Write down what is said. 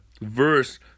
verse